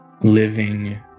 living